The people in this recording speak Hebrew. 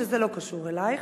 שזה לא קשור אלייך,